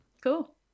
cool